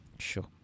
sure